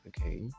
okay